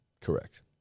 Correct